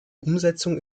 umsetzung